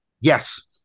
yes